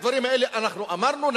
את הדברים האלה אנחנו אמרנו,